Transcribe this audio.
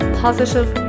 positive